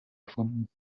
erfunden